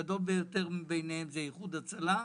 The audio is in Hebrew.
שהגדול ביותר ביניהם הוא איחוד הצלה.